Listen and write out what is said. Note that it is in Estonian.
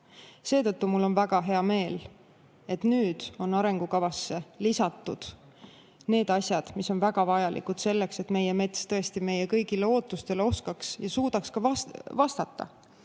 Seetõttu mul on väga hea meel, et nüüd on arengukavasse lisatud need asjad, mis on väga vajalikud selleks, et meie mets tõesti meie kõigi lootustele oskaks ja suudaks ka vastata.